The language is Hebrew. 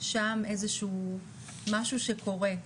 שם איזה שהוא משהו שקורה,